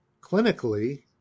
clinically